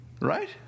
Right